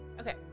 Okay